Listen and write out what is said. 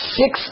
six